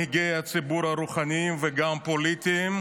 גם בתקשורת החרדית וגם של מנהיגי ציבור רוחניים וגם פוליטיים,